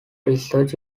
research